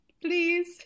please